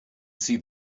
see